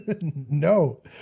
No